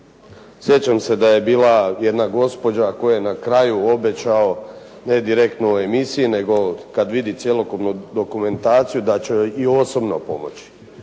Sjećam se da je bila jedna gospođa kojoj je na kraju obećao ne direktno u emisiji nego kad vidi cjelokupnu dokumentaciju da će joj i osobno pomoći.